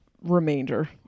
remainder